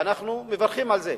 ואנחנו מברכים על זה.